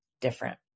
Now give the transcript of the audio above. different